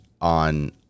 on